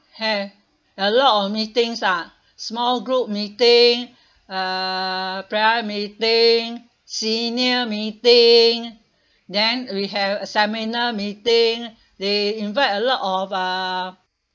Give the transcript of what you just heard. have a lot of meetings lah small group meeting uh player meeting senior meeting then we have seminar meeting they invite a lot of uh